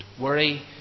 Worry